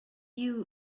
you